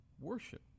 worship